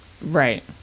Right